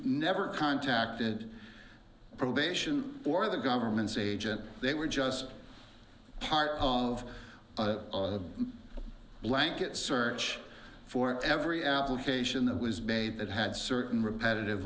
never contacted probation or the government's agent they were just part of a blanket search for every application that was bathed that had certain repetitive